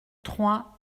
trois